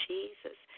Jesus